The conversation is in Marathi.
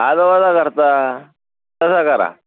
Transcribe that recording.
आलो बघा घरचा तसं करा